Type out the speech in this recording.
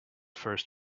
first